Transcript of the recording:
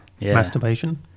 Masturbation